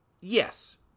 Yes